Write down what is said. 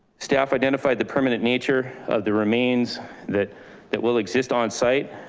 staff identified the permanent nature of the remains that that will exist on site,